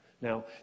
Now